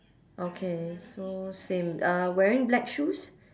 okay so same uh wearing black shoes